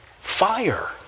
fire